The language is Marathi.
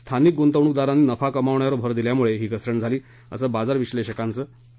स्थानिक गुंतवणुकदारांनी नफा कमावण्यावर भर दिल्यामुळे ही घसरण झाली असं बाजार विश्लेषकांचं मत आहे